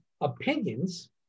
opinions